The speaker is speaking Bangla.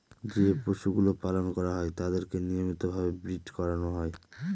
যে পশুগুলো পালন করা হয় তাদেরকে নিয়মিত ভাবে ব্রীড করানো হয়